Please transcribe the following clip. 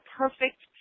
perfect